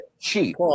cheap